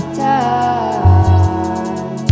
time